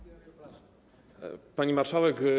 Pani Marszałek!